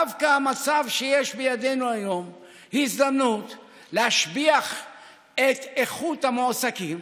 דווקא המצב שיש בידינו היום הוא הזדמנות להשביח את איכות המועסקים,